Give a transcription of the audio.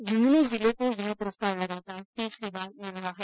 झंझनू जिले को यह पुरस्कार लगातार तीसरी बार मिल रहा है